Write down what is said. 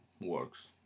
works